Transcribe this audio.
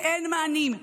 ואין מענים,